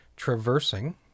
Traversing